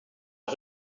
les